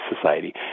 Society